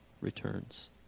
returns